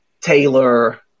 Taylor